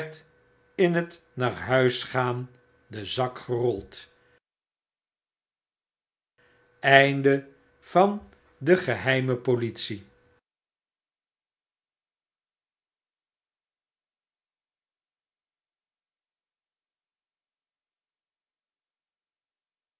in het naar huis gaan de zak gerold t mmmmm drie anekdotes betreffende de geheime politie